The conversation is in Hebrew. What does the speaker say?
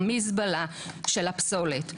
המזבלה של הפסולת.